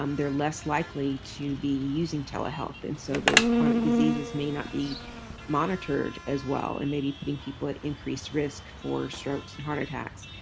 um they're less likely to be using telehealth. and so those chronic diseases may not be monitored as well and may be putting people at increased risk for strokes and heart attacks.